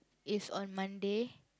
is on Monday